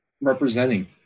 representing